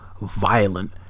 violent